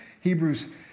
Hebrews